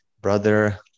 brother